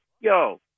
yo